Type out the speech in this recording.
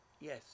Yes